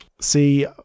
See